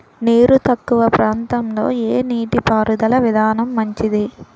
నీరు తక్కువ ప్రాంతంలో ఏ నీటిపారుదల విధానం మంచిది?